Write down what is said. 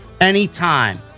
anytime